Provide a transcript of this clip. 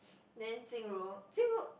then Jing-Ru Jing-Ru